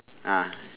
ah